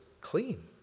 clean